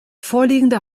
vorliegende